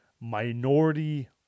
minority